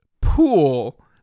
pool